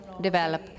develop